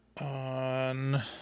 on